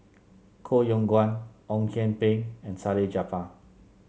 Koh Yong Guan Ong Kian Peng and Salleh Japar